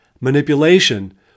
manipulation